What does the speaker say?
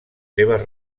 seves